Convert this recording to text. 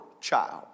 child